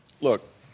Look